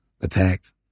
attacked